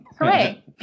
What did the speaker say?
hooray